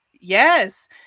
Yes